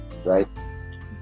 Right